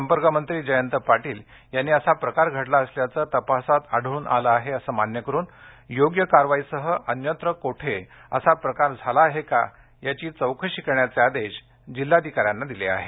संपर्कमंत्री जयंत पाटील यांनी असा प्रकार घडला असल्याचं तपासात आढळून आलं असल्याचं मान्य करून योग्य कारवाईसह अन्यत्र कोठे असा प्रकार झाला आहे का याचीही चौकशी करण्याचे आदेश जिल्हाधिका यांना दिले आहेत